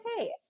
okay